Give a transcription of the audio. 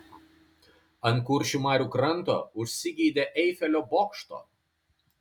ant kuršių marių kranto užsigeidė eifelio bokšto